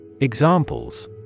Examples